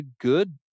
good